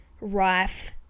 rife